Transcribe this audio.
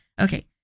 okay